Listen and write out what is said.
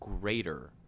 greater